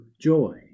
joy